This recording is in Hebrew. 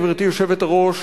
גברתי היושבת-ראש,